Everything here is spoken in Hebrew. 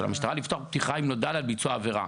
המשטרה לפתוח בחקירה אם נודע לה על ביצוע העבירה,